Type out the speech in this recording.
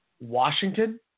Washington